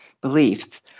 beliefs